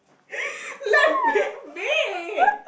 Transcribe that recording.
let me be